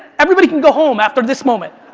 everybody can go home after this moment.